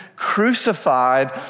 crucified